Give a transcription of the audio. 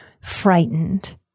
frightened